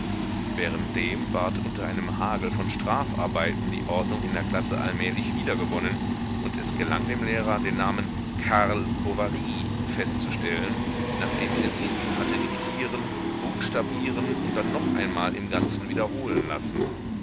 währenddem ward unter einem hagel von strafarbeiten die ordnung in der klasse allmählich wiedergewonnen und es gelang dem lehrer den namen karl bovary festzustellen nachdem er sich ihn hatte diktieren buchstabieren und dann noch einmal im ganzen wiederholen lassen